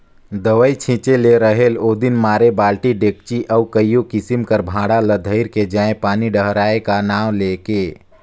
दवई छिंचे ले रहेल ओदिन मारे बालटी, डेचकी अउ कइयो किसिम कर भांड़ा ल धइर के जाएं पानी डहराए का नांव ले के